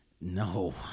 no